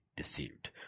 deceived